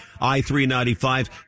I-395